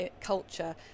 culture